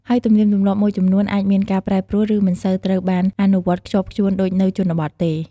ហើយទំនៀមទម្លាប់មួយចំនួនអាចមានការប្រែប្រួល ឬមិនសូវត្រូវបានអនុវត្តន៍ខ្ជាប់ខ្ជួនដូចនៅជនបទទេ។